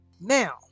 now